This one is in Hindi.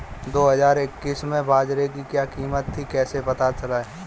दो हज़ार इक्कीस में बाजरे की क्या कीमत थी कैसे पता लगाएँ?